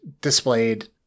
displayed